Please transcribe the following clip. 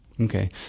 Okay